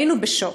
היינו בשוק.